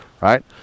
right